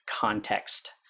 context